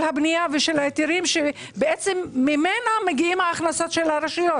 הבנייה ושל ההיתרים שבעצם ממנה מגיעות ההכנסות של הרשויות.